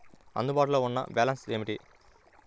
అందుబాటులో ఉన్న బ్యాలన్స్ ఏమిటీ?